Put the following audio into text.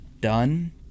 done